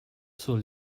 zur